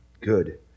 good